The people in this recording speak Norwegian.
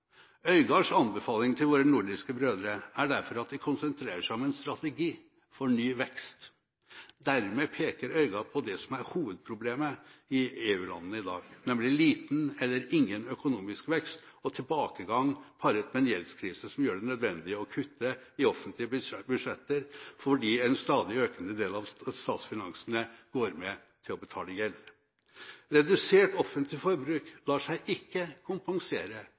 Øygards anbefaling til våre nordiske brødre er derfor at de konsentrerer seg om en strategi for ny vekst. Dermed peker Øygard på det som er hovedproblemet i EU-landene i dag, nemlig liten eller ingen økonomisk vekst og tilbakegang paret med en gjeldskrise som gjør det nødvendig å kutte i offentlige budsjetter fordi en stadig økende del av statsfinansene går med til å betale gjeld. Redusert offentlig forbruk lar seg ikke kompensere